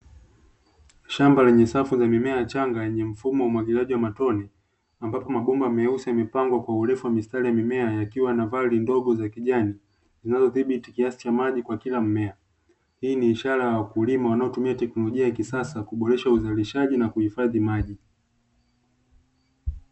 Shamba lenye safu za mimea changa, yenye mfumo wa umwagiliaji wa matone, ambapo mabomba meusi yamepangwa kwa urefu wa mistari ya mimea, yakiwa na vali ndogo za kijani zinazodhibiti kiasi cha maji kwa kila mmea. Hii ni ishara ya wakulima wanaotumia teknolojia ya kisasa kuboresha uzalishaji na kuhifadhi maji.